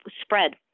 spread